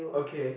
okay